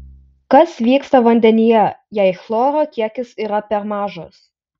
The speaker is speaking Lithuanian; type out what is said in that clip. kas vyksta vandenyje jei chloro kiekis yra per mažas